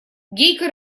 гейка